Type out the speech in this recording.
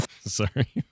Sorry